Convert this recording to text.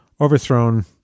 overthrown